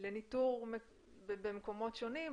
לניטור במקומות שונים,